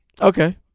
Okay